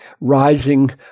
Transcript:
rising